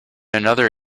another